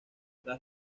las